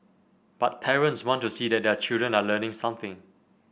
but parents want to see that their children are learning something